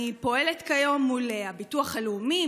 אני פועלת כיום מול הביטוח הלאומי,